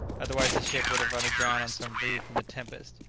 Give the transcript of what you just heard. otherwise the ship would have run aground on some reef in the tempest,